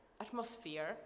atmosphere